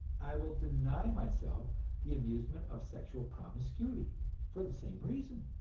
i will deny myself the amusement of sexual promiscuity for the same reason.